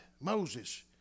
Moses